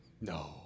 No